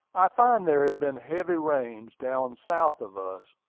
i find there have been heavy rains down south of us,